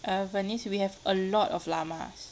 err venice we have a lot of llamas